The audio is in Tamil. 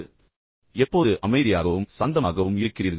நீங்கள் எப்போது அமைதியாகவும் சாந்தமாகவும் இருக்கிறீர்கள்